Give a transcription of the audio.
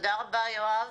תודה רבה יואב.